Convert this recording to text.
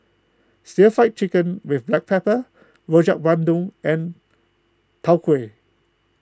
Stir Fry Chicken with Black Pepper Rojak Bandung and Tau Huay